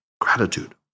gratitude